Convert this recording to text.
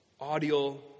Audio